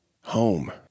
Home